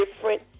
different